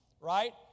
right